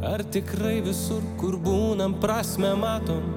ar tikrai visur kur būnam prasmę matom